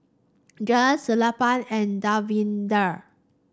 Sellapan and Davinder